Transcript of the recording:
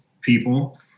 people